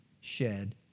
shed